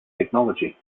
technology